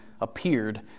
appeared